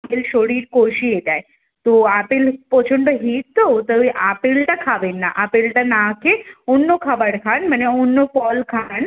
apple শরীর কষিয়ে দেয় তো আপেল প্রচণ্ড হিট তো তাই আপেলটা খাবেন না আপেলটা না খেয়ে অন্য খাবার খান মানে অন্য ফল খান